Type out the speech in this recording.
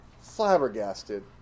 flabbergasted